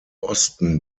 osten